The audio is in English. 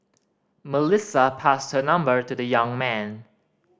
Melissa passed her number to the young man